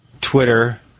Twitter